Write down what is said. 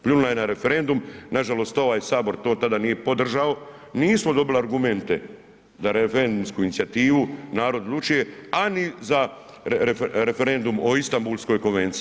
Pljunula je na referendum, nažalost ovaj Sabor to tada nije podržao, nismo dobili argumente na referendumsku inicijativu „Narod odlučuje“ a ni za referendum o Istanbulskoj konvenciji.